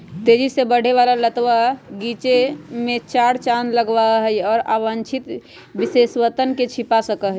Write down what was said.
तेजी से बढ़े वाला लतवा गीचे में चार चांद लगावा हई, और अवांछित विशेषतवन के छिपा सका हई